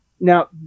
Now